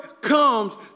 comes